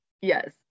Yes